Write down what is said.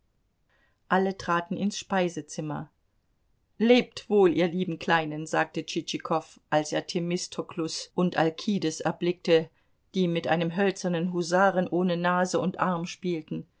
alle traten ins speisezimmer lebt wohl ihr lieben kleinen sagte tschitschikow als er themistoklus und alkides erblickte die mit einem hölzernen husaren ohne nase und arm spielten